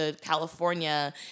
California